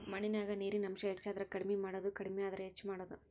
ಮಣ್ಣಿನ್ಯಾಗ ನೇರಿನ ಅಂಶ ಹೆಚಾದರ ಕಡಮಿ ಮಾಡುದು ಕಡಮಿ ಆದ್ರ ಹೆಚ್ಚ ಮಾಡುದು